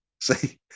See